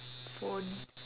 phone